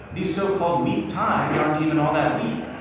these so-called weak ties aren't even all that weak.